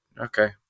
Okay